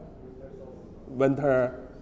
Winter